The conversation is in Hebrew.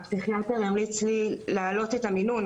לי להעלות את המינון.